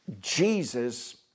Jesus